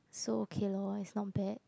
so okay lor is not bad